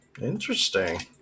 Interesting